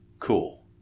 Cool